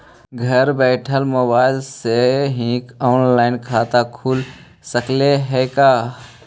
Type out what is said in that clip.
घर बैठल मोबाईल से ही औनलाइन खाता खुल सकले हे का?